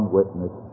witness